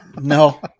No